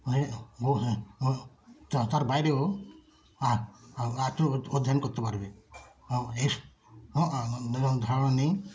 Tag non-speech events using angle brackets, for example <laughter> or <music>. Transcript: বাইরেও <unintelligible> তার বাইরেও আর <unintelligible> অধ্যয়ন করতে পারবে এ সম্পর্কে আমার ধারণা নেই